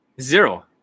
Zero